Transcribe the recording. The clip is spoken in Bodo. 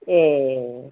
एह